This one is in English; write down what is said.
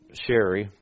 Sherry